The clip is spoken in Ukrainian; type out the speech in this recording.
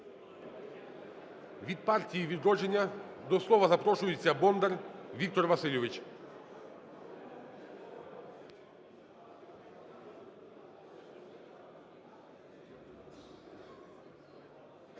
Від "Партії "Відродження" до слова запрошується Бондар Віктор Васильович.